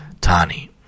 Tani